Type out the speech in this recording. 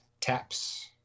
Taps